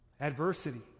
adversity